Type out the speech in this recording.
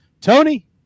Tony